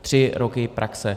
Tři roky praxe.